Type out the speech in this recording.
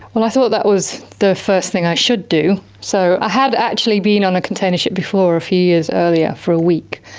i thought that was the first thing i should do so i had actually been on a container ship before a few years earlier for a week.